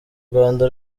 rwanda